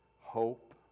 Hope